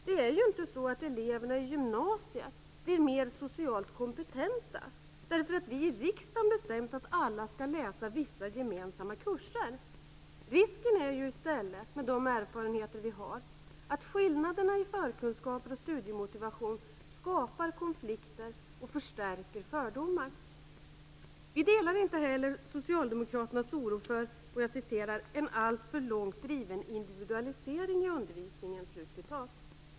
Det är inte så att eleverna i gymnasiet blir mer socialt kompetenta därför att vi i riksdagen bestämt att alla skall läsa vissa gemensamma kurser. Risken är i stället, med de erfarenheter vi har, att skillnaderna i förkunskaper och studiemotivation skapar konflikter och förstärker fördomar. Vi delar inte heller Socialdemokraternas oro för "en alltför långt driven individualisering i undervisningen".